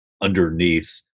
underneath